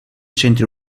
centri